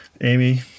amy